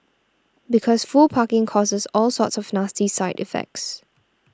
because full parking causes all sorts of nasty side effects